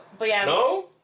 no